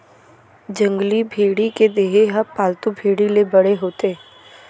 जंगली भेड़ी के देहे ह पालतू भेड़ी ले बड़े होथे